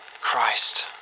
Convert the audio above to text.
Christ